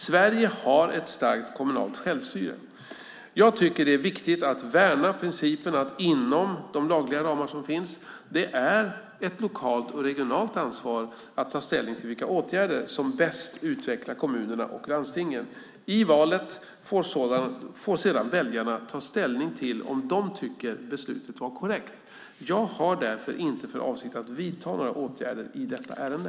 Sverige har ett starkt kommunalt självstyre. Jag tycker att det är viktigt att värna principen, inom de lagliga ramar som finns, att det är ett lokalt och regionalt ansvar att ta ställning till vilka åtgärder som bäst utvecklar kommunerna och landstingen. I valet får sedan väljarna ta ställning till om de tycker beslutet var korrekt. Jag har därför inte för avsikt att vidta några åtgärder i detta ärende.